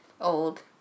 old